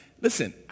listen